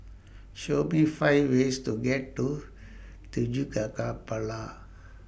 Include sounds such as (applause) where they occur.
Show Me five ways to get to (unintelligible)